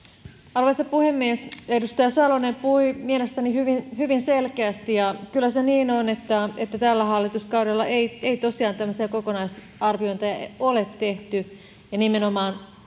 arvoisa puhemies edustaja salonen puhui mielestäni hyvin hyvin selkeästi ja kyllä se niin on että tällä hallituskaudella ei ei tosiaan tämmöisiä kokonaisarviointeja ole tehty ja nimenomaan